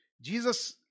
Jesus